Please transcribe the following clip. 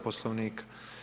Poslovnika.